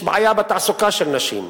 יש בעיה בתעסוקה של נשים.